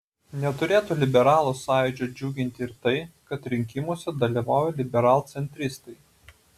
neturėtų liberalų sąjūdžio džiuginti ir tai kad rinkimuose dalyvauja liberalcentristai